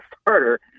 starter